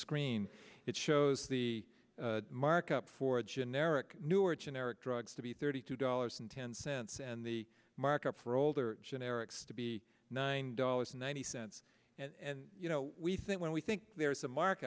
screen it shows the markup for generic newer generic drugs to be thirty two dollars and ten cents and the markup for older generics to be nine dollars ninety cents and you know we think when we think there is a